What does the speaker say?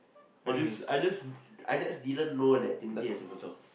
I just I just I just didn't know that Timothy has a photo